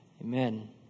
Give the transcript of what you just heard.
Amen